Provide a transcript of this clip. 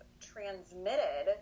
transmitted